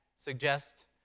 suggest